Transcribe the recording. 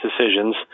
decisions